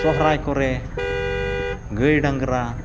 ᱥᱚᱦᱚᱨᱟᱭ ᱠᱚᱨᱮ ᱜᱟᱹᱭ ᱰᱟᱝᱨᱟ